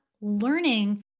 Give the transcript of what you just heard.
learning